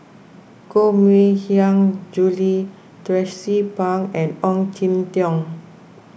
Koh Mui Hiang Julie Tracie Pang and Ong Jin Teong